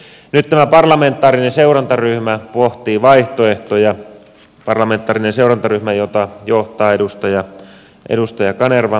nyt tämä parlamentaarinen seurantaryhmä pohtii vaihtoehtoja parlamentaarinen seurantaryhmä jota johtaa edustaja kanerva puheenjohtajana